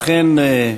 אכן,